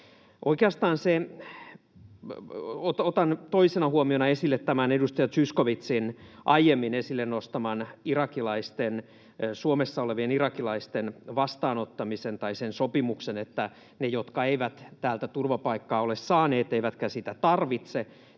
perusteltu. Otan toisena huomiona esille tämän edustaja Zyskowiczin aiemmin esille nostaman Suomessa olevien irakilaisten vastaanottamisen, tai sen sopimuksen, että ne, jotka eivät täältä turvapaikkaa ole saaneet eivätkä sitä tarvitse,